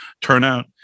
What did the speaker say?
turnout